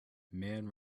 man